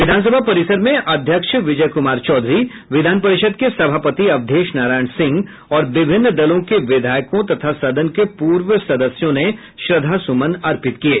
विधानसभा परिसर में अध्यक्ष विजय कुमार चौधरी विधान परिषद के सभापति अवधेश नारायण सिंह और विभिन्न दलों के विधायकों तथा सदन के पूर्व सदस्यों ने श्रद्धासुमन अर्पित किये